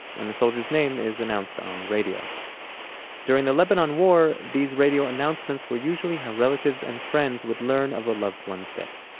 and the soldier's name is announced on the radio during the lebanon war, these radio announcements were usually how relatives and friends would learn of a loved one's death.